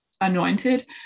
anointed